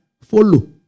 follow